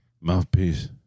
Mouthpiece